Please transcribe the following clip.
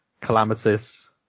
calamitous